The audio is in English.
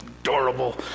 adorable